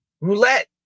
Roulette